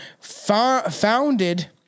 founded